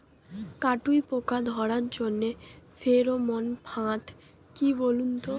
কাটুই পোকা ধরার জন্য ফেরোমন ফাদ কি বলুন তো?